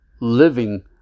living